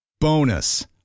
Bonus